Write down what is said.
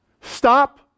Stop